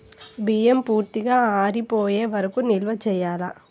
బియ్యం పూర్తిగా ఆరిపోయే వరకు నిల్వ చేయాలా?